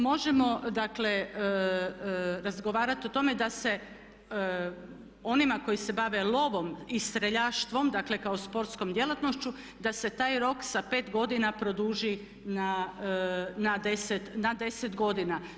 Možemo dakle razgovarati o tome da se onima koji se bave lovom i streljaštvom, dakle kao sportskom djelatnošću da se taj rok sa pet godina produži na 10 godina.